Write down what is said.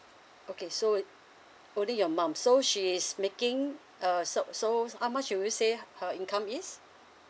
okay so it only your mum so she's making err so so how much should you say her income is